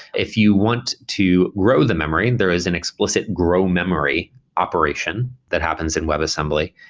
if you want to grow the memory, there is an explicit grow memory operation that happens in webassembly.